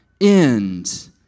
end